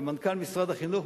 ומנכ"ל משרד החינוך,